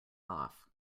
off